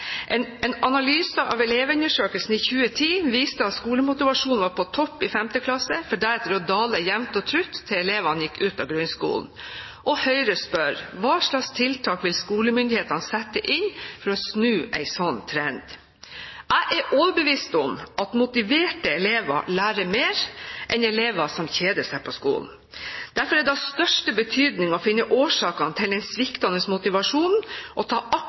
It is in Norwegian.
En analyse av Elevundersøkelsen i 2010 viste at skolemotivasjonen var på topp i 5. klasse, for deretter å dale jevnt og trutt til elevene gikk ut av grunnskolen. Og Høyre spør: Hva slags tiltak vil skolemyndighetene sette inn for å snu en slik trend? Jeg er overbevist om at motiverte elever lærer mer enn elever som kjeder seg på skolen. Derfor er det av største betydning å finne årsakene til den sviktende motivasjonen og ta